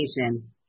education